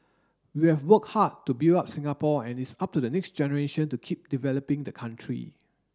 we have worked hard to build up Singapore and it's up to the next generation to keep developing the country